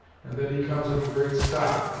and that he comes of a great stock,